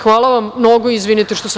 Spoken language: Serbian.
Hvala vam mnogo i izvinite što sam